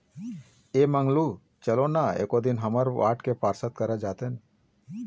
ऐ मंगलू चलो ना एको दिन हमर वार्ड के पार्षद करा जातेन